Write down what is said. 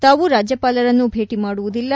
ತಾವು ರಾಜ್ಯಪಾಲರನ್ನು ಭೇಟಿ ಮಾಡುವುದಿಲ್ಲ